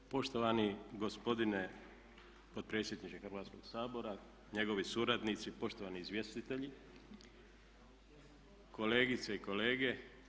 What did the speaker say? Poštovani gospodine potpredsjedniče Hrvatskoga sabora, njegovi suradnici, poštovani izvjestitelji, kolegice i kolege.